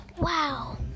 Wow